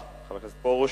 תודה לחבר הכנסת פרוש.